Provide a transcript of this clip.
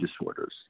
Disorders